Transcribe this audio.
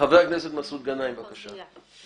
חבר הכנסת מסעוד גנאים, בבקשה.